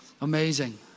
Amazing